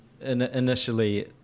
Initially